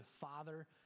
father